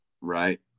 Right